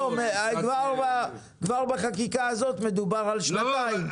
כבר בחקיקה הזאת מדובר על שנתיים.